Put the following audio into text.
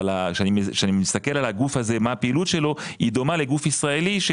אבל כשאני מסתכל כל הגוף הזה מה הפעילות שלו,